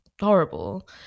horrible